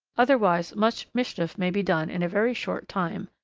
otherwise much mischief may be done in a very short time.